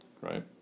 Right